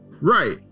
Right